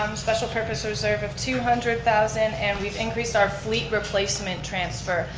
um special purpose reserve of two hundred thousand and we've increased our fleet replacement transfer.